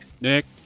Nick